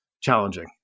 challenging